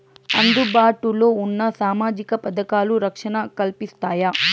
అందుబాటు లో ఉన్న సామాజిక పథకాలు, రక్షణ కల్పిస్తాయా?